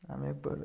আমি একবার